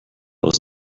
aus